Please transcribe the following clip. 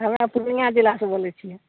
हमे पूर्णिया जिलासे बोलै छिए